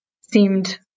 seemed